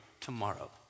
tomorrow